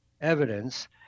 evidence